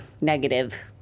negative